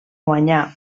guanyar